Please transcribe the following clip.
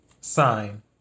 sign